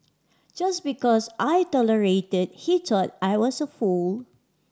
just because I tolerated he thought I was a fool